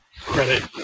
credit